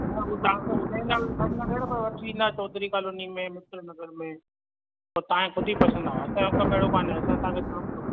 न हूं तव्हां खे ॿुधाईंदा बि वैशाली नगर पर वठी ईंदा चौधरी कॉलोनी में मित्र नगर में पोइ तव्हां ख़ुदि ई पसंदि न आहे असांजो कम अहिड़ो काने असां तव्हां खे